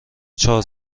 چهار